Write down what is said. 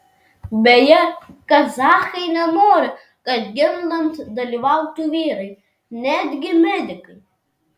beje kazachai nenori kad gimdant dalyvautų vyrai netgi medikai